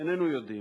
איננו יודעים.